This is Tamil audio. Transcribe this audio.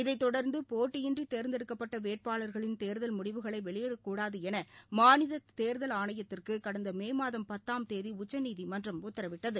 இதைத் தொடர்ந்து போட்டியின்றி தேர்ந்தெடுக்கப்பட்ட வேட்பாளர்களின் தேர்தல் முடிவுகளை வெளியிடக்கூடாது என மாநில தேர்தல் ஆணையத்துக்கு கடந்த மே மாதம் பத்தாம் தேதி உச்சநீதிமன்றம் உத்தரவிட்டது